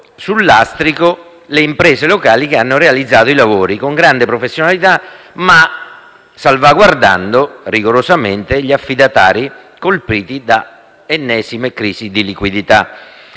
sul lastrico le imprese locali, che hanno realizzato i lavori con grande professionalità, ma salvaguardando rigorosamente gli affidatari colpiti dalle ennesime crisi di liquidità.